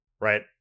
right